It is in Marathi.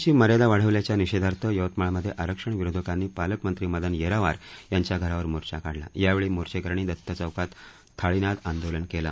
आरक्षणाची मर्यादा वाढवल्याच्या निषेधार्थ यवतमाळमध्ये आरक्षण विरोधकांनी पालकमंत्री मदन येरावार यांच्या घरावर मोर्चा काढला यावेळी मोर्चेकऱ्यांनी दत्त चौकात थाळीनाद आंदोलन केल